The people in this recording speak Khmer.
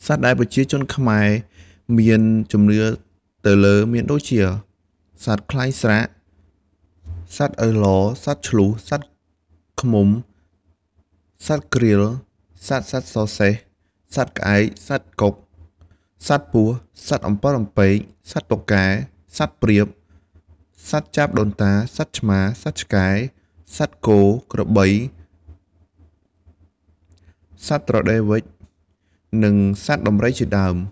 សត្វដែលប្រជាជនខ្មែរមានជំនឿទៅលើមានដូចជា សត្វខ្លែងស្រាក សត្វឪឡ សត្វឈ្លូស សត្វឃ្មុំ សត្វក្រៀល សត្វសត្វសសេះ សត្វក្អែក សត្វកុក សត្វពស់ សត្វអំពិលអំពែក សត្វតុកកែ សត្វព្រាប សត្វចាបដូនតា សត្វឆ្មា សត្វឆ្កែ សត្វគោ ក្របី សត្វត្រដេវវ៉ិច និងសត្វដំរីជាដើម។